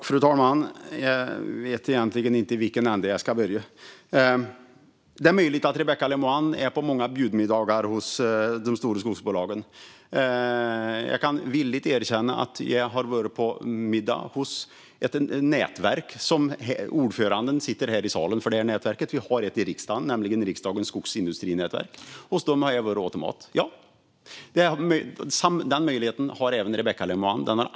Fru talman! Jag vet inte i vilken ända jag ska börja. Det är möjligt att Rebecka Le Moine är på många bjudmiddagar hos de stora skogsbolagen. Jag kan villigt erkänna att jag har varit på middag hos ett nätverk vars ordförande sitter här i salen. Vi har nämligen ett skogsindustrinätverk här i riksdagen, och hos dem har jag varit och ätit mat. Den möjligheten har även Rebecka Le Moine.